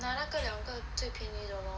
拿那个两个最便宜的 lor